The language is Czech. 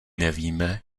nevíme